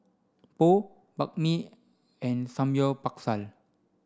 Pho Banh Mi and Samgyeopsal